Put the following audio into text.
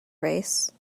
race